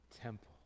temple